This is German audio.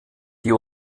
die